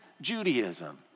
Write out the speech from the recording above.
Judaism